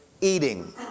eating